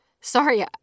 Sorry